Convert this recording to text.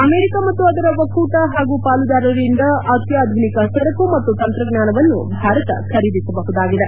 America ಮತ್ತು ಅದರ ಒಕ್ಕೂಟ ಹಾಗೂ ಪಾಲುದಾರರಿಂದ ಅತ್ಯಾಧುನಿಕ ಸರಕು ಮತ್ತು ತಂತ್ರಜ್ವಾನವನ್ನು ಭಾರತ ಖರೀದಿಸಬಹುದಾಗಿದೆ